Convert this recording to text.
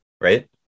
right